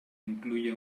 incluye